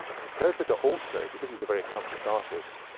and cursiter also, because he's a very accomplished artist,